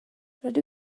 rydw